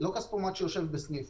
לא כספומט שיושב בסניף,